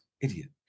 idiot